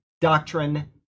Doctrine